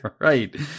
Right